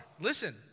Listen